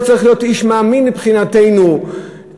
לא צריך להיות איש מאמין מבחינתנו כדי